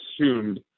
assumed